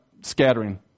scattering